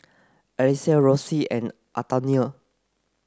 Alexys Roxie and Antonia